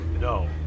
No